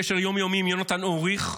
בקשר יום-יומי עם יונתן אוריך,